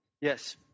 Yes